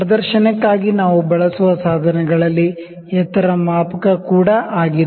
ಪ್ರದರ್ಶನಕ್ಕಾಗಿ ನಾವು ಬಳಸುವ ಸಾಧನಗಳಲ್ಲಿ ಎತ್ತರ ಮಾಪಕ ಕೂಡ ಆಗಿದೆ